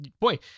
boy